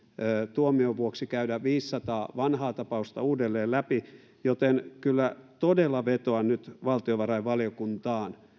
tuomion vuoksi käydä viisisataa vanhaa tapausta uudelleen läpi joten kyllä todella vetoan nyt valtiovarainvaliokuntaan